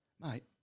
mate